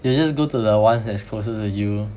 you'll just go to the ones that is closer to you